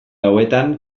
hauetan